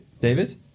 David